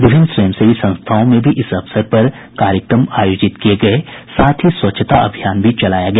विभिन्न स्वयंसेवी संस्थाओं में भी इस अवसर पर कार्यक्रम आयोजित किये गये साथ ही स्वच्छता अभियान भी चलाया गया